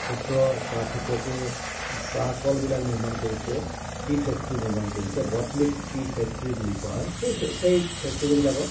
ক্ষুদ্ৰ চাহ খেতিয়কে চাহকলবিলাক নিৰ্মাণ কৰিছে টি ফেক্টৰী নিৰ্মাণ কৰিছে বট লিফ্ট টি ফেক্টৰী বুলি কোৱা হয় সেই সেই ফেক্টৰীবিলাকত